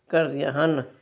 ਕਰਦੀਆਂ ਹਨ